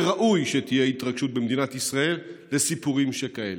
שראוי שתהיה התרגשות במדינת ישראל לסיפורים שכאלה.